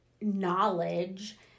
knowledge